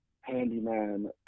Handyman